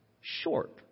short